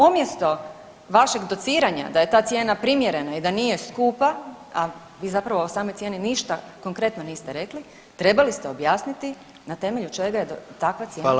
Umjesto vašeg dociranja da je ta cijena primjerena i da nije skupa, a vi zapravo o samoj cijeni ništa konkretno niste rekli, trebali ste objasniti na temelju čega je takva cijena formirana.